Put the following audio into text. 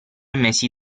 mesi